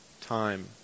time